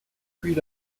puis